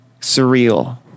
Surreal